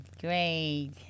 great